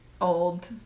old